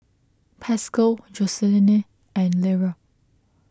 Pascal Jocelyne and Lera